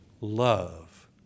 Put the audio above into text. love